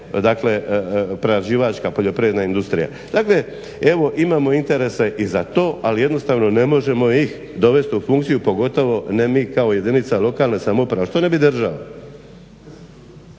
agro, prerađivačko-poljoprivredna industrija. Dakle, evo imamo interese i za to, ali jednostavno ne možemo ih dovesti u funkciju pogotovo ne mi kao jedinica lokalne samouprave, a što ne bi država?